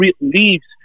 leaves